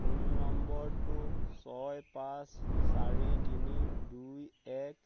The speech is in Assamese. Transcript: ফোন নম্বৰটো ছয় পাঁচ চাৰি তিনি দুই এক